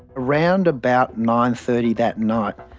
around about nine thirty that night,